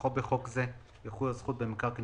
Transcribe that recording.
כנוסחו בחוק זה, יחולו על זכות במקרקעין